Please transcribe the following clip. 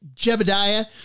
Jebediah